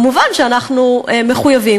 מובן שאנחנו מחויבים,